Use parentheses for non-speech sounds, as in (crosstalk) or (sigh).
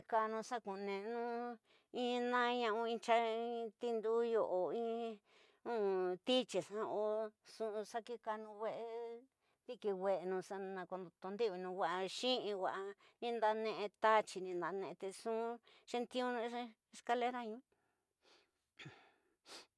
Kaana xa kune'enu in ñana oini tinduya oini (hesitation) ityiinxi o nxu xa ki kani wese diki weña xa kituduwinu wacu xixi. Ñu waa nindane, tafyi nindene te nxu xentiunu escalera ñu. (noise)